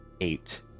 eight